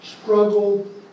struggled